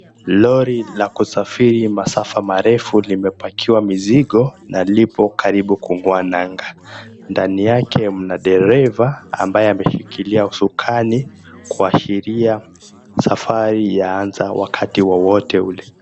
Lori la kusafiri masafa marefu limepakiwa mizigo na lipo karibu kung'oa nanga. Ndani yake mna dereva ambaye ameshikilia usukani kuashiria safari yaanza wakati wowote ule.